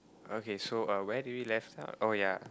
okay so uh where did we left out oh ya